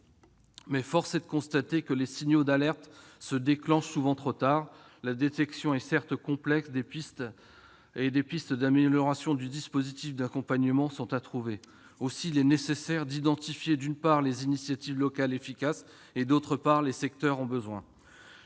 force est de constater que les signaux d'alerte se déclenchent souvent trop tard. La détection est certes complexe, et des pistes d'amélioration du dispositif d'accompagnement sont à trouver. Aussi, il est nécessaire d'identifier, d'une part, les initiatives locales efficaces et, d'autre part, les secteurs en besoin.